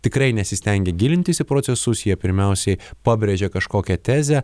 tikrai nesistengia gilintis į procesus jie pirmiausiai pabrėžia kažkokią tezę